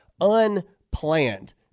Unplanned